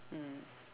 mm